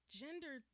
gender